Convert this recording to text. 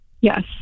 Yes